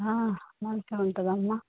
మంచిగుంటుందమ్మా